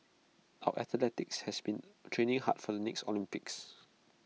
our athletes have been training hard for the next Olympics